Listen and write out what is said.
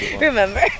Remember